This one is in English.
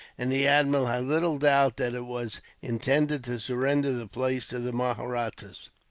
and the admiral had little doubt that it was intended to surrender the place to the mahrattas.